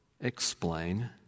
explain